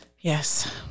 Yes